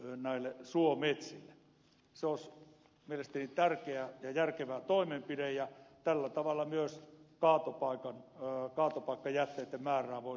se olisi mielestäni tärkeä ja järkevä toimenpide ja tällä tavalla myös kaatopaikkajätteitten määrää voitaisiin vähentää